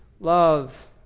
Love